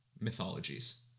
mythologies